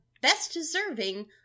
best-deserving